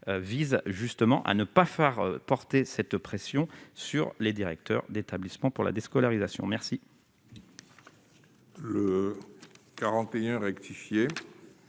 vise justement à ne pas faire porter cette pression sur les directeurs d'établissements pour la déscolarisation merci.